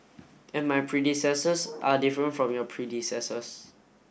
and my predecessors are different from your predecessors